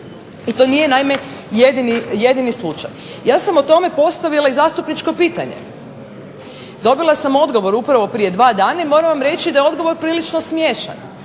I to nije jedini slučaj. Ja sam o tome postavila i zastupničko pitanje. Dobila sam odgovor prije dva dana i moram vam reći da je odgovor prilično smiješan.